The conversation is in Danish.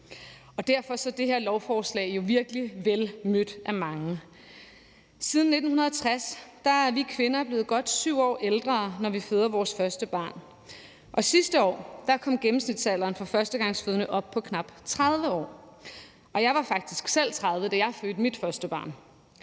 Derfor bliver det her lovforslag jo virkelig vel mødt af mange. Siden 1960 er vi kvinder blevet godt 7 år ældre, når vi føder vores første barn, og sidste år kom gennemsnitsalderen for førstegangsfødende op på knap 30 år. Jeg var faktisk selv 30 år, da jeg fødte mit første barn.